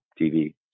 TV